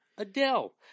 Adele